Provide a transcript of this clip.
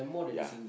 ya